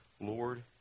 Lord